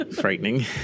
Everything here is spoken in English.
frightening